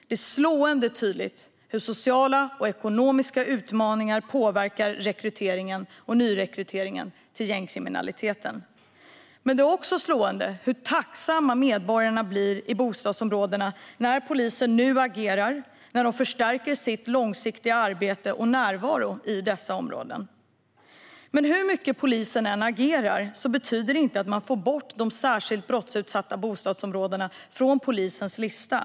Det är slående hur sociala och ekonomiska utmaningar påverkar rekryteringen och nyrekryteringen till gängkriminaliteten. Det är också slående hur tacksamma medborgarna i bostadsområdena blir när polisen nu agerar och förstärker sitt långsiktiga arbete och sin närvaro där. Men hur mycket polisen än agerar betyder det inte att man får bort de särskilt brottsutsatta bostadsområdena från polisens lista.